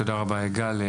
תודה רבה גל.